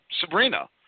Sabrina